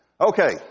Okay